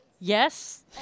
Yes